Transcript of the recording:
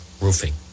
Roofing